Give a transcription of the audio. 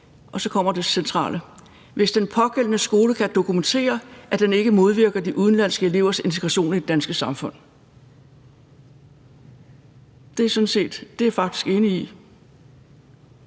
og så kommer det centrale – »hvis den pågældende skole kan dokumentere, at den ikke modvirker de udenlandske elevers integration i det danske samfund.« Det er jeg er faktisk enig i.